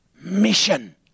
mission